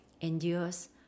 endures